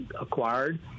acquired